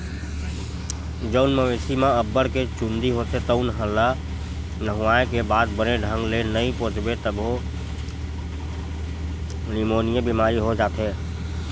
जउन मवेशी म अब्बड़ के चूंदी होथे तउन ल नहुवाए के बाद बने ढंग ले नइ पोछबे तभो निमोनिया बेमारी हो जाथे